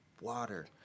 water